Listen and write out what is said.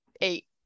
eight